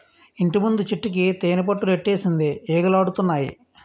ఇంటిముందు చెట్టుకి తేనిపట్టులెట్టేసింది ఈగలాడతన్నాయి